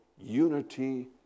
unity